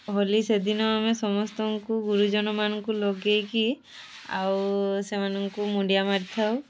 ହୋଲି ସେଦିନ ଆମେ ସମସ୍ତଙ୍କୁ ଗୁରୁଜନମାନଙ୍କୁ ଲଗାଇକି ଆଉ ସେମାନଙ୍କୁ ମୁଣ୍ଡିଆ ମାରିଥାଉ